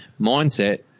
Mindset